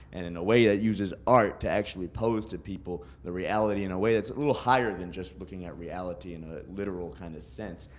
and in a way that uses art to actually pose to people the reality in a way that's a little higher than just looking at reality in a literal kind of sense.